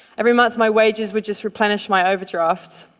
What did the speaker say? every month my wages would just replenish my overdraft.